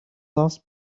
last